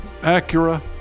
Acura